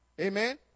Amen